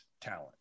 talent